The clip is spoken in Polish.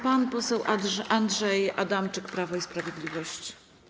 Pan poseł Andrzej Adamczyk, Prawo i Sprawiedliwość.